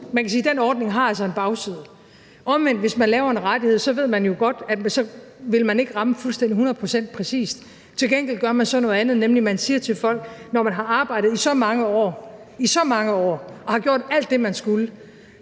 man kan sige, at den ordning har altså en bagside. Hvis man omvendt laver en rettighed, ved man godt, at så vil man ikke ramme fuldstændig hundrede procent præcist. Til gengæld gør man så noget andet, nemlig at man siger til folk: Når man har arbejdet i så mange år og har gjort alt det, man skulle,